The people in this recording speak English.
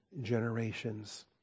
generations